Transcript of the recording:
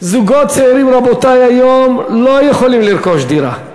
זוגות צעירים, רבותי, היום לא יכולים לרכוש דירה.